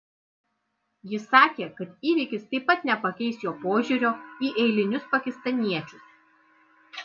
jis sakė kad įvykis taip pat nepakeis jo požiūrio į eilinius pakistaniečius